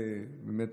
ובאמת,